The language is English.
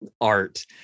art